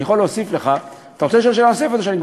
אני יכול להוסיף לך, אתה רוצה שאני אוסיף, או, ?